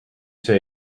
see